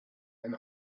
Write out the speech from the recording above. ein